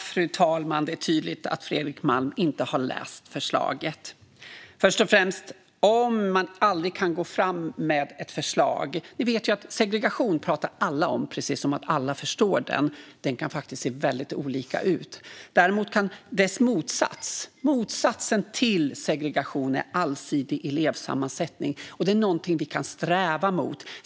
Fru talman! Det är tydligt att Fredrik Malm inte har läst förslaget. Vi vet att alla pratar om segregation precis som att alla förstår den, men den kan faktiskt se olika ut. Däremot är motsatsen till segregation allsidig elevsammansättning. Det är något vi kan sträva efter.